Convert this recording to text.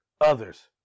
others